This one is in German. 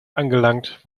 angelangt